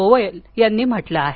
गोयल यांनी म्हटलं आहे